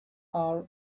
are